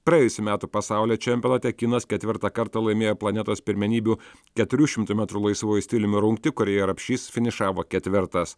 praėjusių metų pasaulio čempionate kinas ketvirtą kartą laimėjo planetos pirmenybių keturių šimtų metrų laisvuoju stiliumi rungty kurioje rapšys finišavo ketvirtas